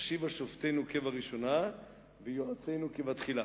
"השיבה שופטינו כבראשונה ויועצינו כבתחילה".